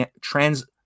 trans-